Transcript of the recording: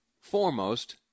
foremost